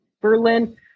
Berlin